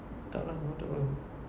tak lah rumah itu tak berhabuk